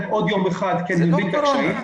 עוד יום אחד כי אני מבין את הקשיים,